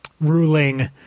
ruling